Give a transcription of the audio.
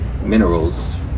minerals